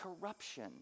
corruption